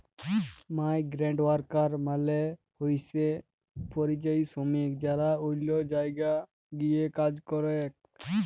migrant worker মালে হইসে পরিযায়ী শ্রমিক যারা অল্য জায়গায় গিয়ে কাজ করেক